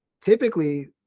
typically